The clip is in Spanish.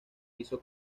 hizo